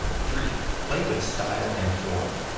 three play with style and form.